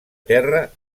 terra